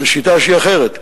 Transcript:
זאת שיטה שהיא אחרת.